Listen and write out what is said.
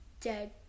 dead